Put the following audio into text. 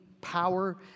power